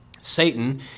Satan